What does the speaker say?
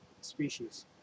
species